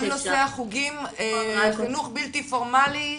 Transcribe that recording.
כל נושא החוגים, חינוך בלתי פורמלי,